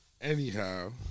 Anyhow